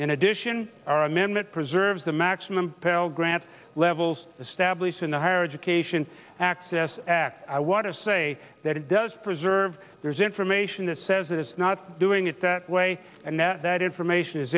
in addition our amendment preserves the maximum pell grant levels established in the higher education access act i want to say that it does preserve there's information that says it is not doing it that way and that that information is